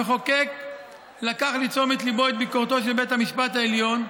המחוקק לקח לתשומת ליבו את ביקורתו של בית המשפט העליון,